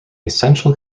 essential